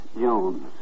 Jones